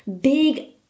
big